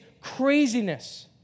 craziness